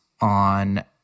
on